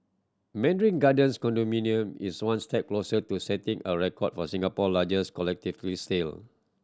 Mandarin Gardens condominium is one step closer to setting a record for Singapore largest collectively sale